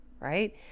right